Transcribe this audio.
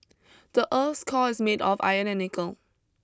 the earth's core is made of iron and nickel